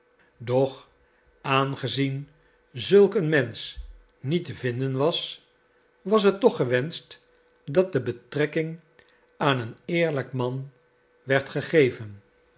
doch aangezien zulk een mensch niet te vinden was was het toch gewenscht dat de betrekking aan een eerlijk man werd gegeven